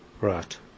Right